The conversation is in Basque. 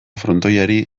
frontoiari